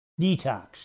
detox